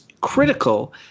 critical